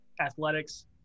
athletics